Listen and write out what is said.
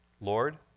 Lord